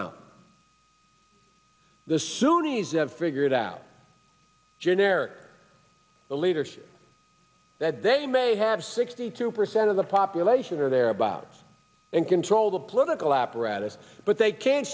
out the sunni's have figured out generic leadership that they may have sixty two percent of the population or thereabouts and control the political apparatus but they can't